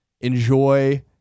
Enjoy